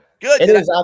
Good